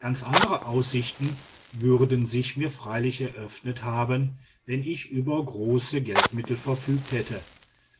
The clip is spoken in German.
ganz andere aussichten würden sich mir freilich eröffnet haben wenn ich über große geldmittel verfügt hätte